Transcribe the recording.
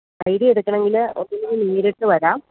I D എടുക്കണമെങ്കിൽ ഒന്നെങ്കിൽ നേരിട്ട് വരാം